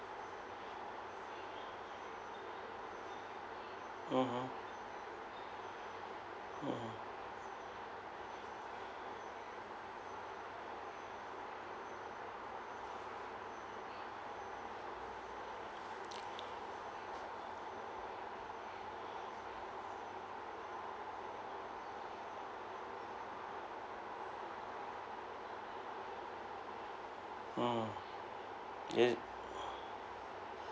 mm mm mm um